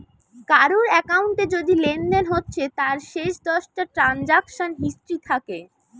কারুর একাউন্টে যদি লেনদেন হচ্ছে তার শেষ দশটা ট্রানসাকশান হিস্ট্রি থাকে